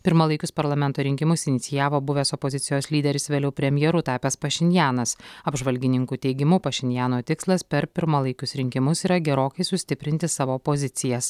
pirmalaikius parlamento rinkimus inicijavo buvęs opozicijos lyderis vėliau premjeru tapęs pašinjanas apžvalgininkų teigimu pašinjano tikslas per pirmalaikius rinkimus yra gerokai sustiprinti savo pozicijas